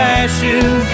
ashes